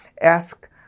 Ask